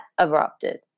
erupted